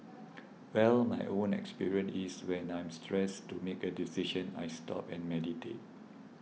well my own experience is when I'm stressed to make a decision I stop and meditate